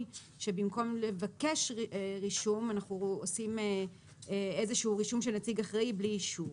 שבמקום לבקש לרישום אנחנו עושים איזשהו רישום של נציג אחראי בלי אישור.